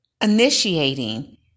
initiating